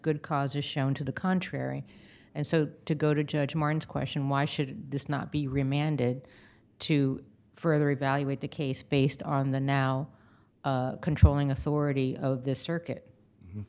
good cause is shown to the contrary and so to go to judge martin's question why should this not be remanded to further evaluate the case based on the now controlling authority of the circuit